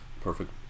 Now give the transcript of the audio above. perfect